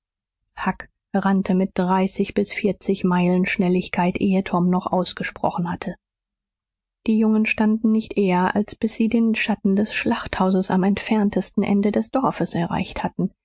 rannte mit dreißig bis vierzig meilen schnelligkeit ehe tom noch ausgesprochen hatte die jungen standen nicht eher als bis sie den schatten des schlachthauses am entferntesten ende des dorfes erreicht hatten